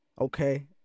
Okay